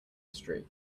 street